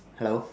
hello